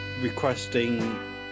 requesting